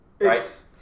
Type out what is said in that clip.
Right